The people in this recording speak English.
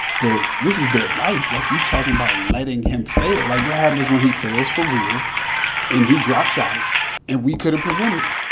but this is their life. like, you talking about letting him fail. like, what happens when he fails for real and he drops out and we could have prevented it?